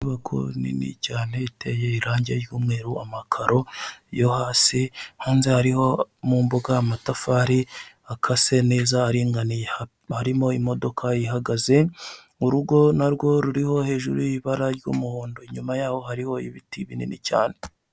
Inyubako nini cyane iteye irangi ry'umweru, amakaro yo hasi, hanze hariho mu mbuga amatafari akase neza aringaniye, harimo imodoka ihagaze, urugo na rwo ruriho hejuru y'ibara ry'umuhondo, inyuma yaho hariho ibiti binini cyane.